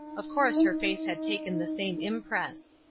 of course her face had taken the same impress.